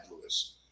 Lewis